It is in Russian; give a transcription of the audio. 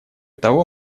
того